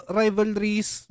rivalries